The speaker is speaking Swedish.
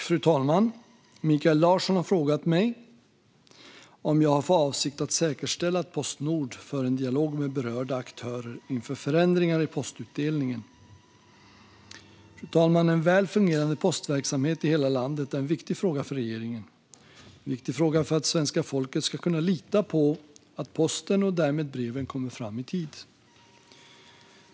Fru talman! Mikael Larsson har frågat mig om jag har för avsikt att säkerställa att Postnord för en dialog med berörda aktörer inför förändringar i postutdelningen. En väl fungerande postverksamhet i hela landet är en viktig fråga för regeringen. Svenska folket ska kunna lita på posten och att breven kommer fram i tid.